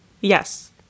yes